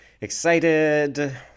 excited